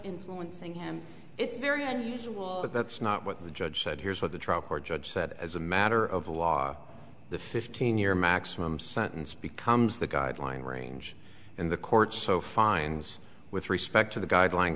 influencing him it's very unusual but that's not what the judge said here's what the trial court judge said as a matter of law the fifteen year maximum sentence becomes the guideline range in the court so finds with respect to the guideline